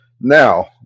Now